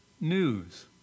news